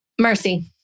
Mercy